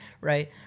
right